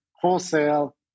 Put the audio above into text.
wholesale